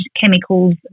chemicals